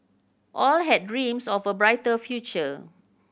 all had dreams of a brighter future